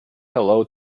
hello